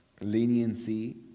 Leniency